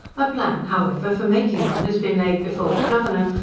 a plan, however, for making one has been laid before the governor,